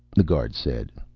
the guard said.